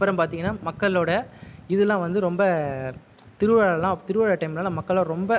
அப்பறம் பார்த்தீங்கன்னா மக்களோடய இதெல்லாம் வந்து ரொம்ப திருவிழால திருவிழா டைமில் மக்கள் ரொம்ப